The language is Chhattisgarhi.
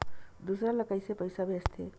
दूसरा ला कइसे पईसा भेजथे?